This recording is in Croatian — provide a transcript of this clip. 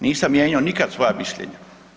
Nisam mijenjao nikad svoja mišljenja.